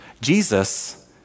Jesus